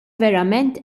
verament